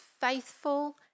faithful